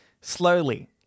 Slowly